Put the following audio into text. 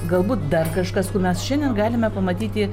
galbūt dar kažkas ko mes šiandien galime pamatyti